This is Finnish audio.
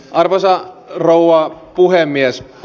arvoisa rouva puhemies